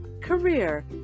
career